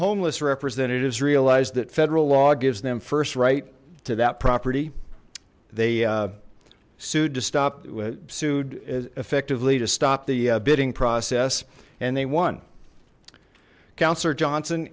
homeless representatives realized that federal law gives them first right to that property they sued to stop sued effectively to stop the bidding process and they won councillor johnson